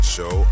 Show